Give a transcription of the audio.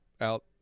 out